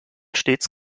stets